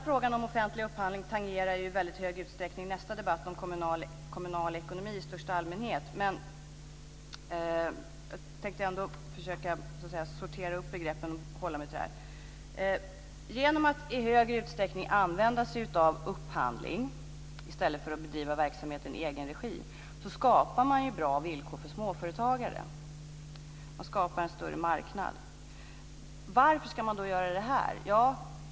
Frågan om offentlig upphandling tangerar till stor del nästa debatt om kommunal ekonomi i största allmänhet, men jag tänker ändå försöka sortera upp begreppen i detta sammanhang. Genom att i stor utsträckning använda upphandling i stället för att driva verksamhet i egen regi skapar man bra villkor för småföretagare. Man skapar en större marknad. Varför ska man då göra det?